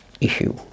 issue